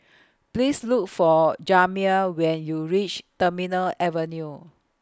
Please Look For Jamir when YOU REACH Terminal Avenue